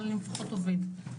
אבל אני לפחות עובד.